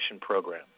program